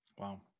Wow